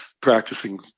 practicing